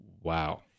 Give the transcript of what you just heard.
wow